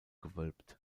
gewölbt